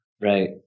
right